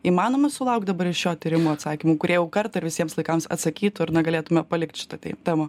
įmanoma sulaukt dabar iš šio tyrimo atsakymų kurie jau kartą visiems laikams atsakytų ar na galėtume palikti šitą tai temą